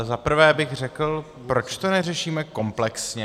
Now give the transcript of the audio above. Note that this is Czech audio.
Za prvé bych řekl proč to neřešíme komplexně?